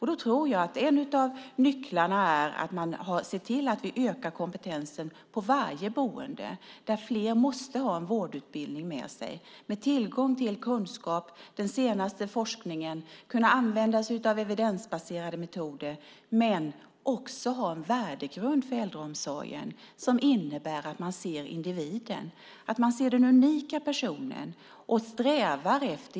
Jag tror att en av nycklarna är att man ser till att öka kompetensen på varje boende. Flera måste ha en vårdutbildning med sig med tillgång till kunskap och den senaste forskningen. De måste kunna använda sig av evidensbaserade metoder, men också ha en värdegrund för äldreomsorgen som innebär att de ser individen, att de ser den unika personen.